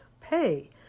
pay